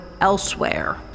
elsewhere